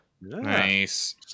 Nice